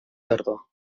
tardor